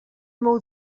meu